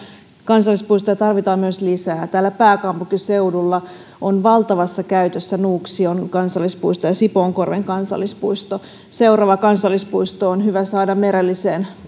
kansallispuistoja tarvitaan myös lisää täällä pääkaupunkiseudulla valtavassa käytössä ovat nuuksion kansallispuisto ja sipoonkorven kansallispuisto seuraava kansallispuisto on hyvä saada merelliseen